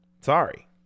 Sorry